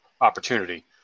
opportunity